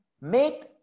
make